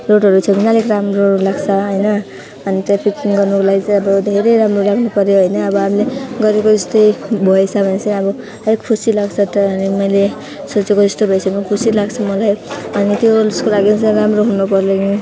रोडहरू छ अलिक राम्रो लाग्छ होइन अनि ट्राफिकिङ गर्नुको लागि चाहिँ अब धेरै राम्रो लाग्नु पऱ्यो होइन अब हामीले गरेको जस्तो भएछ भने चाहिँ अब अलिक खुसी लाग्छ त अनि मैले सोचेको जस्तो भएछ भने खुसी लाग्छ मलाई अनि त्यो उसको लागि चाहिँ राम्रो हुनु पर्यो नि